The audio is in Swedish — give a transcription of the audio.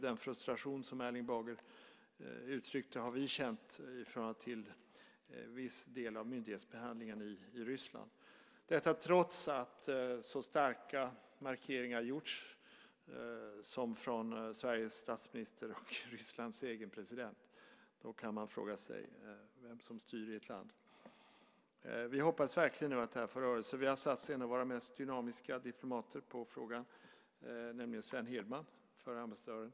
Den frustration som Erling Bager uttrycker har vi känt i förhållande till viss del av myndighetsbehandlingen i Ryssland, detta trots att så starka markeringar har gjorts, från Sveriges statsminister och Rysslands egen president. Då kan man fråga sig vem som styr i ett land. Vi hoppas verkligen nu att det här får rörelse. Vi har satt en av våra mest dynamiska diplomater på frågan, nämligen Sven Hirdman, förre ambassadören.